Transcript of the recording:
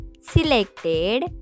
selected